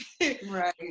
Right